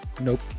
nope